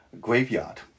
graveyard